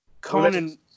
Conan